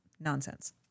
nonsense